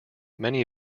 many